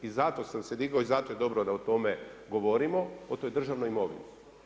I zato sam se digao i zato je dobro da o tome govorimo o toj državnoj imovini.